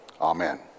Amen